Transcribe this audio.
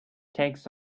takes